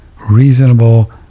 reasonable